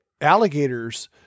alligators